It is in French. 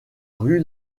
rue